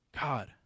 God